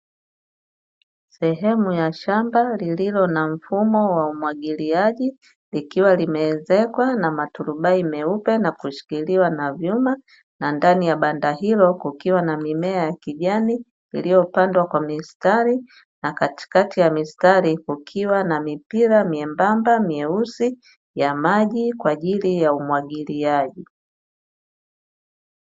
Sehemu ya shamba lililo na mfumo wa umwagiliaji, likiwa kimeezekwa na maturubai meupe na kushikiliwa na vyuma, na ndani ya banda hilo kukiwa na mimea ya kijani iliyopandwa kwa mistari na katikati ya mistari kukiwa na mipira membamba meusi ya maji kwaajili ya umwagiliaji .